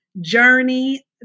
journey